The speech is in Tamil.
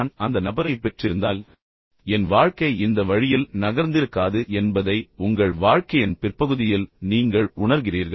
நான் அந்த நபரைப் பெற்றிருந்தால் என் வாழ்க்கை இந்த வழியில் நகர்ந்திருக்காது என்பதை உங்கள் வாழ்க்கையின் பிற்பகுதியில் நீங்கள் உணர்கிறீர்கள்